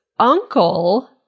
Uncle